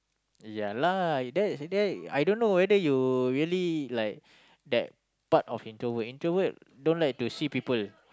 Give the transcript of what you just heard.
ya lah then I say then I don't know whether you really like that part of introvert introvert don't like to see people